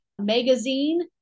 magazine